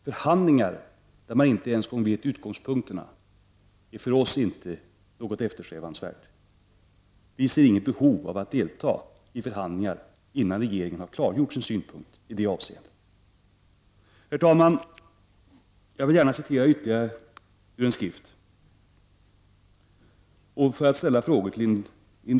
Förhandlingar i vilka man inte ens vet utgångspunkterna är för oss inte något eftersträvansvärt. Vi ser inget behov av att delta i förhandlingar innan regeringen har klargjort sin ståndpunkt i detta avseende. Herr talman! Jag skall ta ytterligare citat ur en skrift, och jag vill fråga industriministern om han kan instämma i det som här sägs.